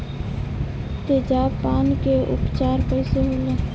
तेजाब पान के उपचार कईसे होला?